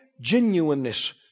genuineness